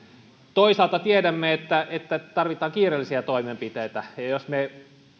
toisaalta tiedämme että että tarvitaan kiireellisiä toimenpiteitä jos me